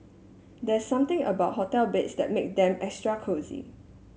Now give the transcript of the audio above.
there's something about hotel beds that makes them extra cosy